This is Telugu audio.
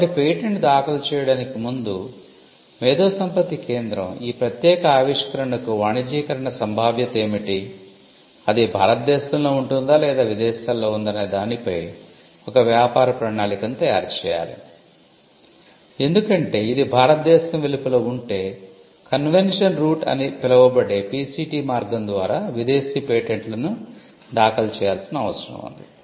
కాబట్టి పేటెంట్ దాఖలు చేయడానికి ముందు మేధోసంపత్తి కేంద్రం ఈ ప్రత్యేక ఆవిష్కరణకు వాణిజ్యీకరణ సంభావ్యత ఏమిటి అది భారతదేశంలో ఉంటుందా లేదా విదేశాలలో ఉందా అనే దానిపై ఒక వ్యాపార ప్రణాళికను తయారు చేయాలి ఎందుకంటే ఇది భారతదేశం వెలుపల ఉంటే కన్వెన్షన్ రూట్ అని పిలవబడే పిసిటి మార్గం ద్వారా విదేశీ పేటెంట్లను దాఖలు చేయాల్సిన అవసరం ఉంది